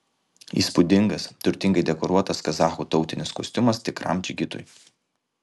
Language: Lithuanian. įspūdingas turtingai dekoruotas kazachų tautinis kostiumas tikram džigitui